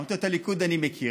אמרתי לו: את הליכוד אני מכיר,